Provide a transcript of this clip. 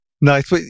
Nice